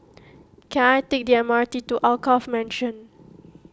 can I take the M R T to Alkaff Mansion